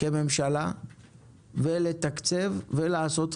כממשלה ולתקצב ולעשות רפורמות,